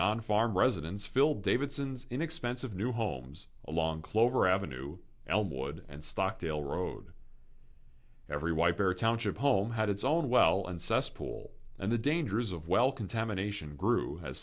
non farm residents filled davidson's in expensive new homes along clover avenue elmwood and stockdale road every wiper township home had its own well and cesspool and the dangers of well contamination grew as